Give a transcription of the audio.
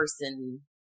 person